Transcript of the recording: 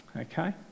okay